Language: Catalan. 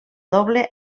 doble